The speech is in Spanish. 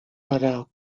para